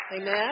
amen